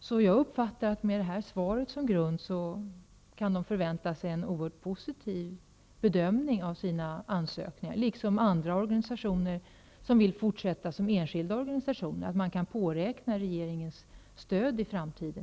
Med detta svar som grund uppfattar jag att de kan förvänta sig en oerhört positiv bedömning av sina ansökningar och att de, liksom andra organisationer som vill fortsätta att arbeta som enskilda organisationer, kan påräkna regeringens stöd i framtiden.